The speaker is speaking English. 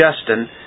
Justin